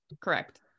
Correct